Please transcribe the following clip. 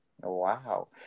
Wow